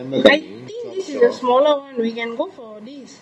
I think this is the smaller one we can go for this